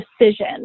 decision